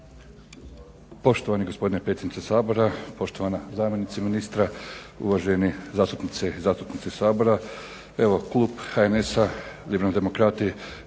Poštovani gospodine predsjedniče Sabora, poštovana zamjenice ministra, uvaženi zastupnice i zastupnici Sabora. Klub HNS-a … demokrati